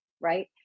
right